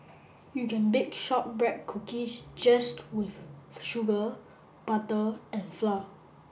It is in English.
you can bake shortbread cookies just with sugar butter and flour